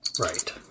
Right